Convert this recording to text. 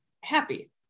happy